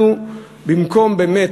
אתה אשם בזה